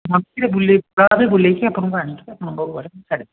ମୋତେ ଟିକେ ବୁଲେଇକି ବୁଲେଇକି ଆପଣଙ୍କୁ ଆଣିକି ଆପଣଙ୍କ ଘରେ ମୁଁ ଛାଡ଼ିଦେବି